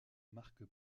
marque